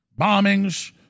bombings